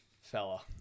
fella